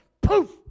poof